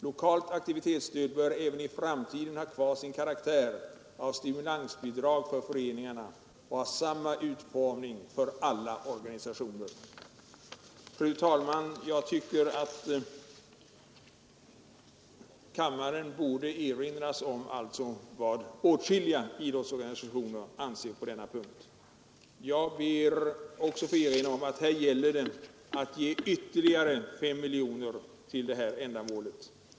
Lokalt Aktivitetsstöd bör även i framtiden ha kvar sin karaktär av stimulansbidrag för föreningarna och ha samma utformning för alla organisationer.” Fru talman! Jag anser att kammaren borde påminnas om vad åtskilliga idrottsorganisationer anför på denna punkt. Jag ber också att få erinra om att det här gäller att ge ytterligare 5 miljoner kronor till ungdomsorganisationerna.